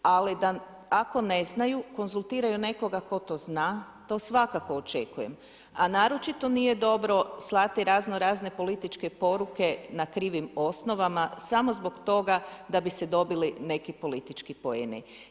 Ali da ako ne znaju konzultiraju nekoga tko to za, to svakako očekujem, a naročito nije dobro slati razno razne političke poruke na krivim osnovama samo zbog toga da bi se dobili neki politički poeni.